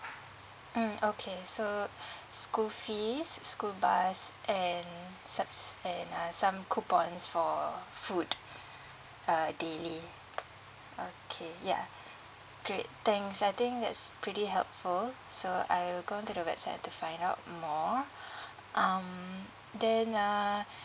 mm okay so school fees school bus and subs~ and uh some coupons for food uh the okay ya great thanks I think that's pretty helpful so I'll go into the website and to find out more um then uh